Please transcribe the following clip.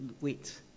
wait